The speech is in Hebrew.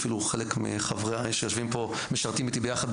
חלק מהיושבים פה אפילו משרתים איתי ביחד,